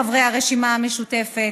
חברי הרשימה המשותפת,